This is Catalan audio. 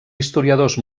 historiadors